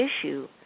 issue